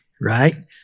right